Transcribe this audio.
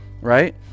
right